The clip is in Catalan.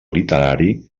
literari